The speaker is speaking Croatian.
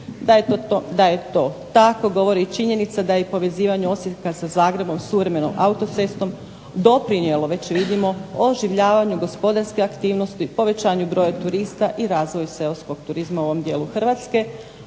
Da je to tako govori i činjenica da je povezivanje Osijeka sa Zagrebom suvremenom autocestom doprinijelo već vidimo oživljavanju gospodarske aktivnosti, povećanju broja turista i razvoju seoskog turizma u ovom dijelu Hrvatske,